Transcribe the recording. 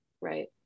right